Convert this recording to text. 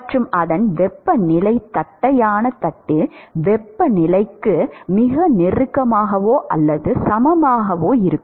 மற்றும் அதன் வெப்பநிலை தட்டையான தட்டின் வெப்பநிலைக்கு மிக நெருக்கமாகவோ அல்லது சமமாகவோ இருக்கும்